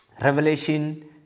Revelation